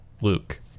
Luke